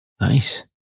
Nice